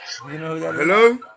Hello